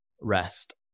rest